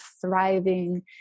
thriving